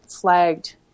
flagged